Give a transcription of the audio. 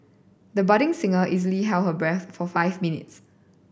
the budding singer easily held her breath for five minutes